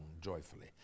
joyfully